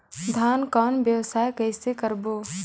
धान कौन व्यवसाय कइसे करबो?